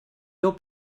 your